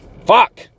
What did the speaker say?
Fuck